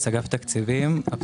אגף התקציבים, משרד האוצר.